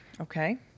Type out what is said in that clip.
Okay